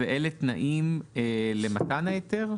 אלה תנאים למתן ההיתר?